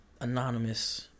Anonymous